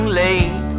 late